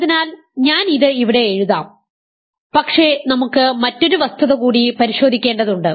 അതിനാൽ ഞാൻ ഇത് ഇവിടെ എഴുതാം പക്ഷേ നമുക്ക് മറ്റൊരു വസ്തുത കൂടി പരിശോധിക്കേണ്ടതുണ്ട്